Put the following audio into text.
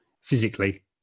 physically